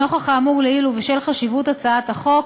נוכח האמור לעיל ובשל חשיבות הצעת החוק,